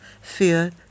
fear